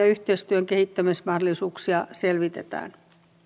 yhteistyön kehittämismahdollisuuksia selvitetään